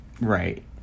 Right